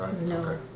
no